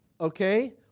okay